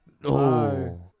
No